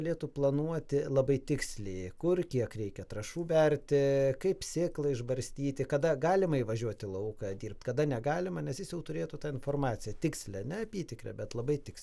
galėtų planuoti labai tiksliai kur kiek reikia trąšų berti kaip sėklą išbarstyti kada galima įvažiuoti į lauką dirbt kada negalima nes jis jau turėtų tą informaciją tikslią ne apytikrę bet labai tikslią